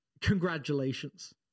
congratulations